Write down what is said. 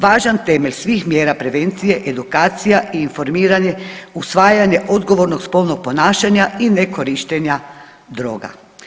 Važan temelj svih mjera prevencije edukacija i informiranje, usvajanje odgovornog spolnog ponašanja i nekorištenja droga.